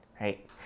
right